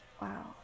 Wow